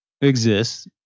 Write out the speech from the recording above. exists